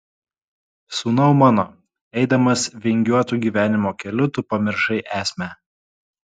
sūnau mano eidamas vingiuotu gyvenimo keliu tu pamiršai esmę